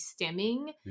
stimming